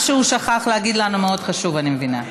משהו הוא שכח להגיד לנו, מאוד חשוב, אני מבינה.